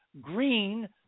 green